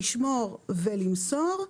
לשמור ולמסור,